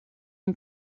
une